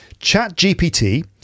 ChatGPT